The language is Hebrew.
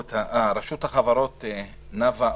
אני מנסה להציג תמונה ריאלית של חברות.